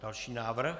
Další návrh.